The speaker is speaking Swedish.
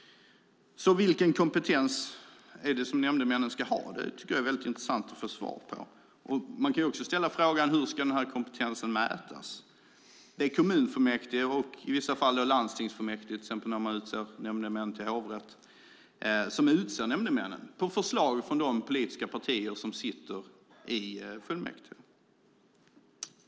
Vilken kompetens är det alltså ni tycker att nämndemännen ska ha? Det skulle det vara intressant att få svar på. Man kan också fråga hur denna kompetens ska mätas. Det är kommunfullmäktige och i vissa fall landstingsfullmäktige - till exempel när man utser nämndemän i hovrätt - som utser nämndemännen på förslag från de politiska partier som sitter i fullmäktige.